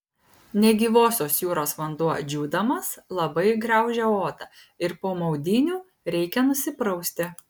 negyvosios jūros vanduo džiūdamas labai graužia odą ir po maudynių reikia nusiprausti